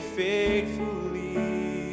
faithfully